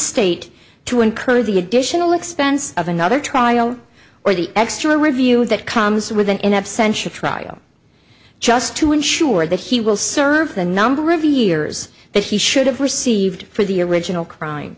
state to encourage the additional expense of another trial or the extra review that comes with an in absentia trial just to ensure that he will serve the number of years that he should have received for the original crime